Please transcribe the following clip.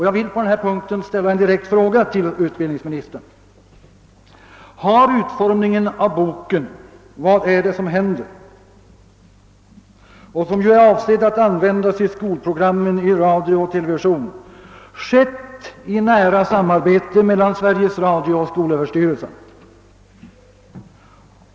Jag vill på den punkten ställa en direkt fråga till utbildningsministern: Har utformningen av boken »Vad är det som händer?» — som ju är avsedd att användas i skolprogram i radio och TV — ägt rum i nära samarbete mellan Sveriges Radio och skolöverstyrelsen?